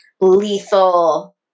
lethal